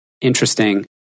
interesting